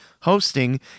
hosting